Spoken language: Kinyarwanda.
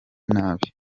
nabi